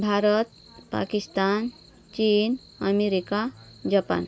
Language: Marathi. भारत पाकिस्तान चीन अमेरिका जपान